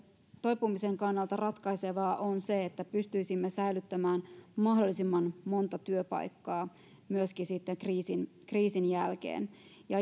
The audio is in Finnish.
toipumisen kannalta ratkaisevaa on se että pystyisimme säilyttämään mahdollisimman monta työpaikkaa myöskin sitten kriisin kriisin jälkeen